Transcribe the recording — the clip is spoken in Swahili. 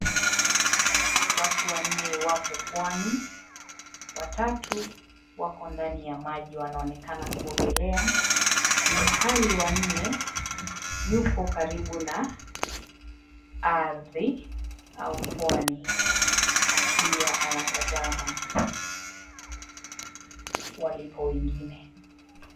Watu wanne wapo pwani. Watatu wako ndani ya maji wanaonekana kuogelea ilihali wanne yupo karibu na ardhi au pwani akiwa anatazama walipo wengine.